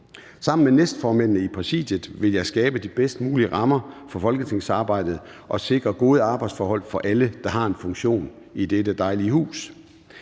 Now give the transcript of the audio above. Sammen med næstformændene i Præsidiet vil jeg skabe de bedst mulige rammer for folketingsarbejdet og sikre gode arbejdsforhold for alle, der har en funktion i dette dejlige hus.